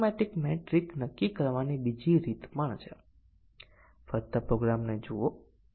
તેથી જો એ માટે ટેસ્ટીંગ કેસની જોડી 1 અને 3 છે